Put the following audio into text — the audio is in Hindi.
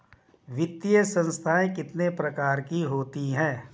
वित्तीय संस्थाएं कितने प्रकार की होती हैं?